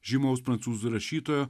žymaus prancūzų rašytojo